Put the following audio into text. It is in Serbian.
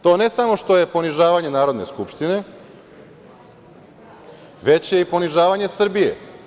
To ne samo što je ponižavanje Narodne skupštine, već je i ponižavanje Srbije.